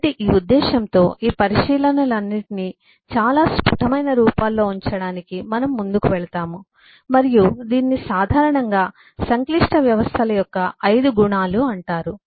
కాబట్టి ఈ ఉద్దేశ్యంతో ఈ పరిశీలనలన్నింటినీ చాలా స్ఫుటమైన రూపాల్లో ఉంచడానికి మనము ముందుకు వెళ్తాము మరియు దీనిని సాధారణంగా సంక్లిష్ట వ్యవస్థల యొక్క 5 గుణాలు అంటారు